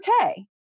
okay